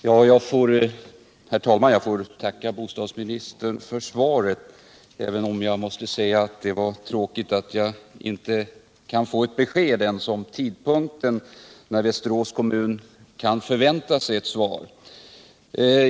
Herr talman! Jag får tacka bostadsministern för svaret, även om jag måste säga att det var tråkigt att jag inte ens kunde få ett besked om tidpunkten när Västerås kommun kan förvänta sig ett svar.